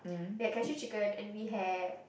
we had cashew chicken and we had